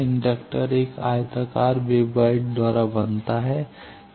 inductor एक आयताकार waveguide द्वारा बनता है